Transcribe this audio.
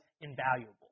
invaluable